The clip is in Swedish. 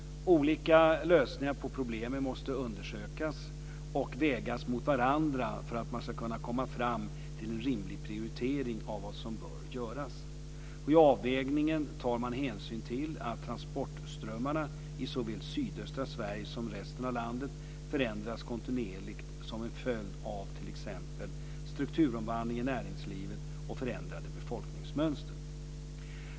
Olika lösningar på problemen måste undersökas och vägas mot varandra för att man ska kunna komma fram till en rimlig prioritering av vad som bör göras. I avvägningen tar man hänsyn till att transportströmmarna i såväl sydöstra Sverige som resten av landet förändras kontinuerligt som en följd av t.ex. strukturomvandling i näringslivet och förändrade befolkningsmönster.